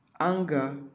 anger